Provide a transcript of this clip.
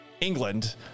England